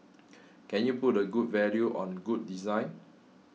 can you put a good value on good design